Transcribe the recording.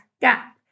gap